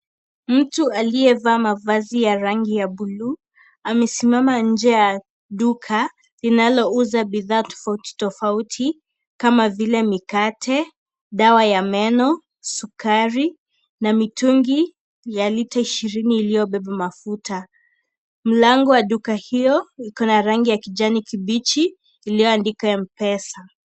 Mtu aliyevaa mavazi ya rangi ya buluu. Amesimama nje ya duka linalouza bidhaa tofauti tofauti kama vile, mikate, dawa ya meno, sukari na mitungi ya lita ishirini iliyobeba mafuta. Mlango wa duka hiyo iko na rangi ya kijani kibichi iliyoandikwa Mpesa.